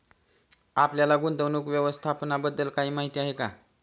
आपल्याला गुंतवणूक व्यवस्थापनाबद्दल काही माहिती आहे का?